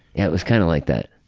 yeah it was kind of like that.